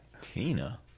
Tina